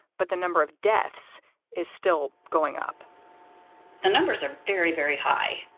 but the number of deaths is still going up the numbers are very, very high.